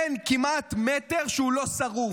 אין כמעט מטר שהוא לא שרוף.